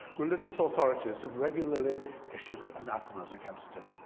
religious authorities have regularly issued anathemas against it.